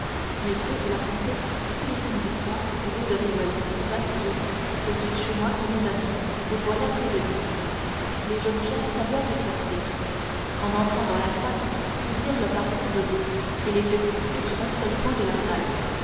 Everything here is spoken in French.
messieurs dit la comtesse tous les samedis soir rue de rivoli vingt-deux je suis chez moi pour mes amis vous voilà prévenus les jeunes gens saluèrent et sortirent en entrant dans la salle ils virent le parterre debout et les yeux fixés sur un seul point de la salle